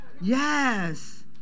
Yes